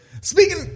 speaking